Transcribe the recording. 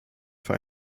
für